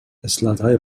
اسلایدهای